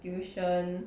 tuition